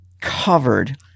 covered